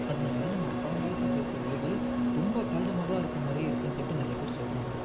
அதனால் நம்ம பழங்காலத்தில் பேசுகிற மொழிகள் ரொம்ப கரடு முரடாக இருக்கிறமாரி இருக்குதுன்னு சொல்லிட்டு நிறைய பேர் சொல்கிறாங்க